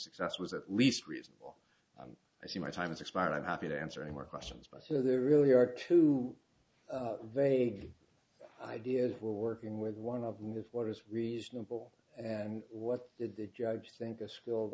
success was at least reasonable i see my time is expired i'm happy to answer any more questions by so there really are too vague ideas while working with one of them and what is reasonable and what did the judges think a skill